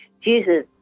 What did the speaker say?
Jesus